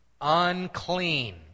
Unclean